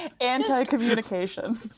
anti-communication